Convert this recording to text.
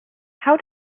how